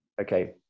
Okay